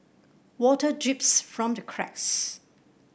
water drips from the cracks